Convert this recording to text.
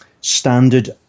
standard